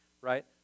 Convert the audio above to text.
right